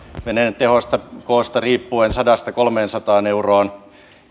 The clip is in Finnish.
veneen tehosta ja koosta riippuen sadasta kolmeensataan euroon